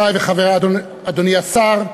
אדוני השר,